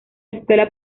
escuela